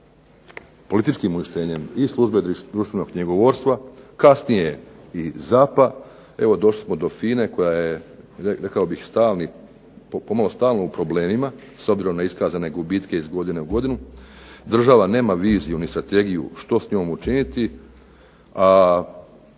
političkim uništenjem i Službe društvenog knjigovodstva, kasnije i ZAP-a. Evo došli smo do FINA-e koja je rekao bih stalni, pomalo stalno u problemima s obzirom na iskazane gubitke iz godine u godinu. Država nema viziju ni strategiju što s njom učiniti, a